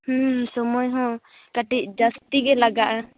ᱦᱩᱸ ᱥᱚᱢᱚᱭ ᱦᱚᱸ ᱠᱟᱹᱴᱤᱡ ᱡᱟᱹᱥᱛᱤ ᱜᱮ ᱞᱟᱜᱟᱜᱼᱟ